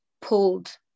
pulled